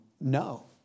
no